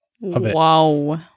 Wow